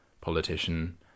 politician